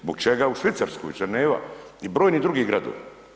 Zbog čega u Švicarskoj, Ženeva i brojni drugi gradovi?